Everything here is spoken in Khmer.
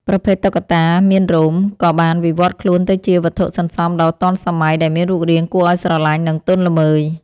ប្រភេទតុក្កតាមានរោម ក៏បានវិវត្តខ្លួនទៅជាវត្ថុសន្សំដ៏ទាន់សម័យដែលមានរូបរាងគួរឱ្យស្រឡាញ់ និងទន់ល្មើយ។